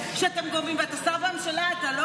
חוצפה להגיד את זה, על סמך מה אתה אומר את זה?